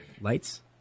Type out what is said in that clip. Lights